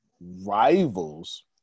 rivals